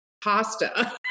pasta